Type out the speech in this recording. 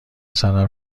سرم